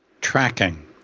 Tracking